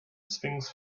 sphinx